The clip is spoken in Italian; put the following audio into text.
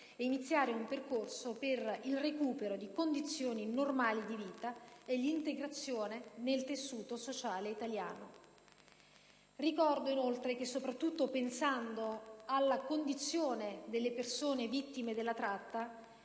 ed iniziare un percorso per il recupero di condizioni normali di vita e l'integrazione nel tessuto sociale italiano. Ricordo inoltre che, soprattutto pensando alla condizione delle persone vittime di tratta,